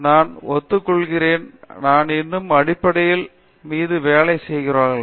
நிர்மலா நான் ஒத்துக்கொள்கிறேன் நாம் இன்னும் அடிப்படைகள் மீது வேலை செய்கிறோம்